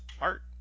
art